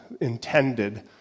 intended